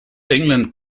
england